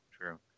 true